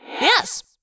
Yes